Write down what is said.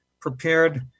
prepared